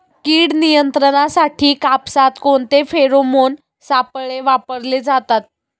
कीड नियंत्रणासाठी कापसात कोणते फेरोमोन सापळे वापरले जातात?